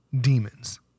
demons